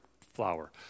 flower